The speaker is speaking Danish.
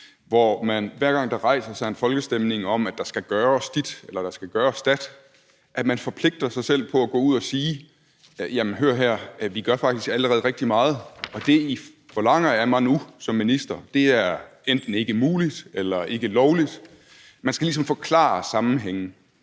hvor man, hver gang der rejser sig en folkestemning om, at der skal gøres dit eller skal gøres dat, forpligter sig selv til at gå ud og sige: Jamen hør her, vi gør faktisk allerede rigtig meget, og det, I forlanger af mig nu som minister, er enten ikke muligt eller ikke lovligt. Man skal ligesom forklare sammenhængen,